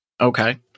Okay